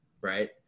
right